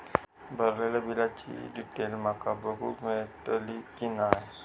भरलेल्या बिलाची डिटेल माका बघूक मेलटली की नाय?